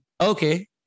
Okay